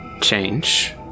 change